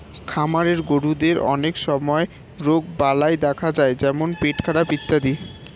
খামারের গরুদের অনেক সময় রোগবালাই দেখা যায় যেমন পেটখারাপ ইত্যাদি